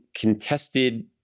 contested